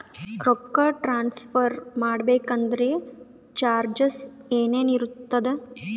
ರೊಕ್ಕ ಟ್ರಾನ್ಸ್ಫರ್ ಮಾಡಬೇಕೆಂದರೆ ಚಾರ್ಜಸ್ ಏನೇನಿರುತ್ತದೆ?